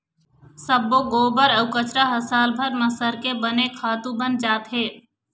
सब्बो गोबर अउ कचरा ह सालभर म सरके बने खातू बन जाथे